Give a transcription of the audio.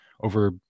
over